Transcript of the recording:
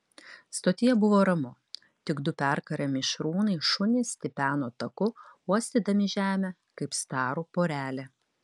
stotyje buvo ramu tik du perkarę mišrūnai šunys tipeno taku uostydami žemę kaip starų porelė